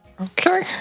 Okay